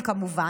כמובן,